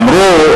אמרו,